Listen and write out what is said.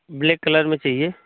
black colour में चाहिए